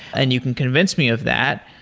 and you can convince me of that